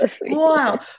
Wow